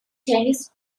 tennis